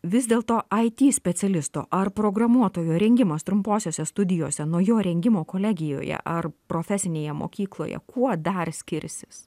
vis dėl to it specialisto ar programuotojo rengimas trumposiose studijose nuo jo rengimo kolegijoje ar profesinėje mokykloje kuo dar skirsis